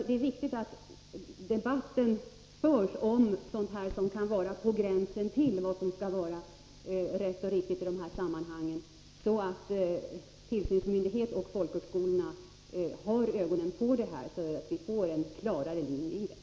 Det är viktigt att debatten förs om sådant som är på gränsen till vad som är rätt och riktigt i dessa sammanhang, så att tillsynsmyndighet och folkhögskolor uppmärksammar detta och vi får klarare linjer.